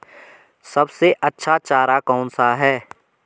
सबसे अच्छा चारा कौन सा है?